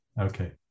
Okay